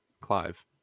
Clive